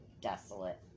desolate